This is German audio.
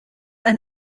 ein